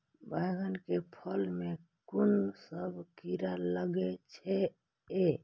बैंगन के फल में कुन सब कीरा लगै छै यो?